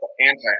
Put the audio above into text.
Anti